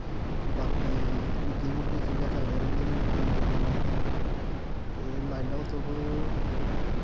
बाकी निक्कियां मोटियां छिंजां चलदे रोह्नदियां निक्कियां मेला लगदियां ते लाई लाओ तुस